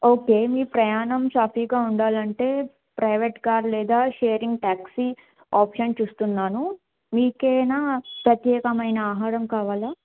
okay మీ ప్రయాణం సాఫీగా ఉండాలి అంటే ప్రైవేట్ కార్ లేదా షేరింగ్ ట్యాక్సీ ఆప్షన్ చూస్తున్నాను మీకు ఏమైనా ప్రత్యేకమైన ఆహారం కావాలా